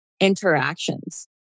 interactions